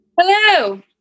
hello